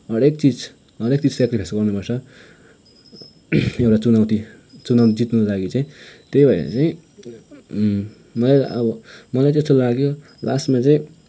हरेक चिज हरेक चिज स्याक्रिफाइस गर्नुपर्छ एउटा चुनौती चुनौती जित्नुको लागि चाहिँ त्यही भएर चाहिँ मैले अब मलाई यस्तो लाग्यो लास्टमा चाहिँ